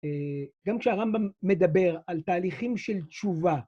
גם כשהרמב״ם מדבר על תהליכים של תשובה.